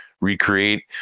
recreate